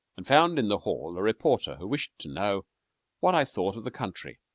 and found in the hall a reporter who wished to know what i thought of the country.